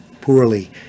poorly